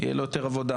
יהיה לו יותר עבודה,